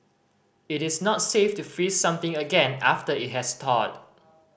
it is not safe to freeze something again after it has thawed